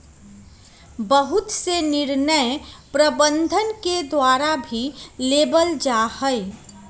बहुत से निर्णय भी प्रबन्धन के द्वारा लेबल जा हई